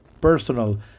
personal